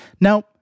Now